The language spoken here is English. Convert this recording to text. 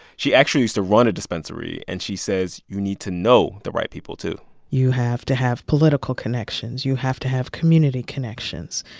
she actually used to run a dispensary. and she says you need to know the right people, too you have to have political connections. you have to have community connections.